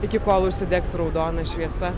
iki kol užsidegs raudona šviesa